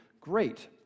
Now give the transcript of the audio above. Great